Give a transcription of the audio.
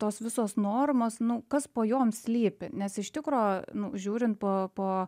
tos visos normos nu kas po jo slypi nes iš tikro nužiūrint po po